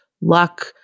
luck